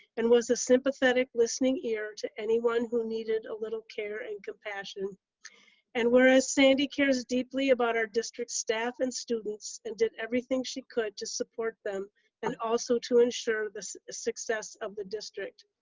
and was a sympathetic listening ear to anyone who needed a little care and compassionate and whereas sandy cares deeply about our district staff and students did everything she could to support them and also to ensure the success of the district.